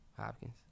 Hopkins